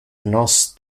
nos